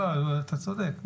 אתה צודק.